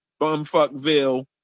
Bumfuckville